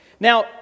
Now